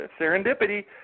serendipity